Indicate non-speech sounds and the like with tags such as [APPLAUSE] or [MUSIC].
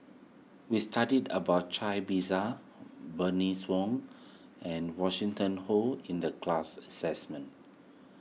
we studied about Cai Bixia Bernice Wong and Winston Oh in the class [UNINTELLIGIBLE]